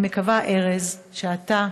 אני מקווה, ארז, שאתה